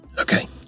Okay